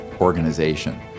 organization